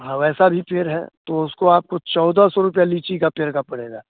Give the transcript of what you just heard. हाँ वैसा भी पेड़ है तो उसको आपको चौदह सौ रुपये लीची के पेड़ का पड़ेगा